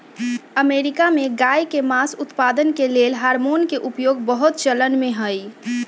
America में गायके मास उत्पादन के लेल हार्मोन के उपयोग बहुत चलनमें हइ